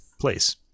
place